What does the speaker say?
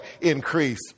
increase